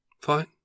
Fine